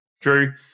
Drew